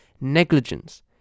negligence